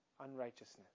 unrighteousness